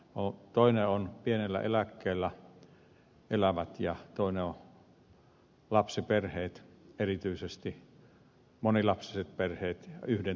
toinen ryhmä on pienellä eläkkeellä elävät ja toinen on lapsiperheet erityisesti monilapsiset perheet yhden tulonsaajan perheet